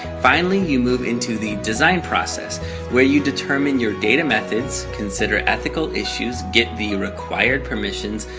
finally, you move into the design process where you determine your data methods. consider ethical issues. get the required permissions.